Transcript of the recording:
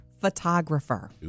photographer